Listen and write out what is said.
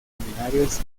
seminarios